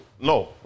No